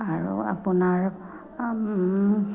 আৰু আপোনাৰ